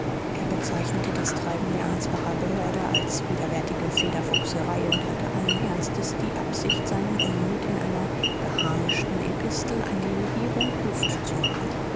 er bezeichnete das treiben der ansbacher behörde als widerwärtige federfuchserei und hatte allen ernstes die absicht seinem unmut in einer geharnischten epistel an die regierung luft zu machen